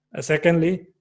secondly